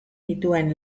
dituen